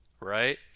right